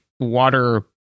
water